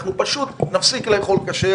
אנחנו פשוט נפסיק לאכול כשר